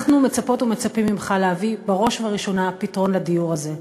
אנחנו מצפות ומצפים ממך להביא בראש וראשונה פתרון לדיור הזה.